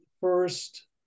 first